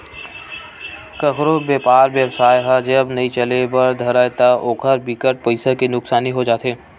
कखरो बेपार बेवसाय ह जब नइ चले बर धरय ता ओखर बिकट पइसा के नुकसानी हो जाथे